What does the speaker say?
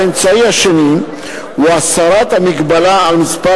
האמצעי השני הוא הסרת המגבלה על מספר